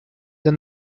than